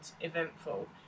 eventful